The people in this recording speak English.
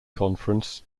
conference